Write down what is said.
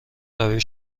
قوی